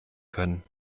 können